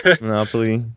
Monopoly